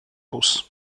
campus